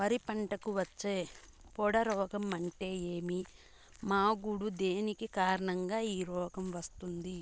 వరి పంటకు వచ్చే పొడ రోగం అంటే ఏమి? మాగుడు దేని కారణంగా ఈ రోగం వస్తుంది?